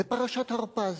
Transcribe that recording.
בפרשת הרפז,